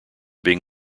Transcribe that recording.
being